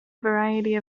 variety